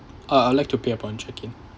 uh I'd like to play upon check in